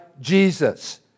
Jesus